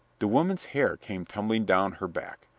the woman's hair came tumbling down her back.